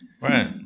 Right